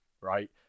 right